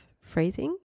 freezing